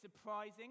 surprising